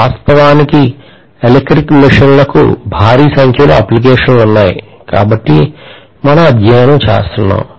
వాస్తవానికి ఎలక్ట్రికల్ మెషీన్లకు భారీ సంఖ్యలో అప్లికేషన్లు ఉన్నాయి కాబట్టి మనం అధ్యయనం చేస్తున్నాము